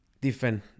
different